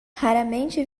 raramente